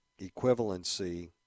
equivalency